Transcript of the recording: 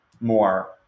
more